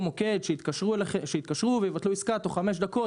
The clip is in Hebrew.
מוקד שיתקשרו ויבטלו עסקה ותוך חמש דקות